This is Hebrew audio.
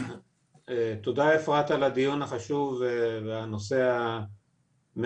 תודה אפרת על הדיון החשוב והנושא המאוד